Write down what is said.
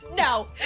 No